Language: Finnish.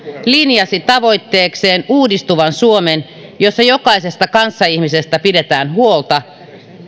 linjasi tavoitteekseen uudistuvan suomen jossa jokaisesta kanssaihmisestä pidetään huolta